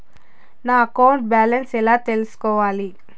నా account balance ఎలా తెల్సుకోవాలి